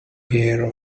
pair